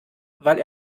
weil